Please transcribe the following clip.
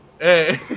Hey